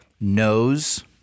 knows